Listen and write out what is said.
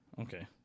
Okay